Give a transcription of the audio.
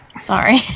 Sorry